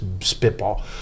spitball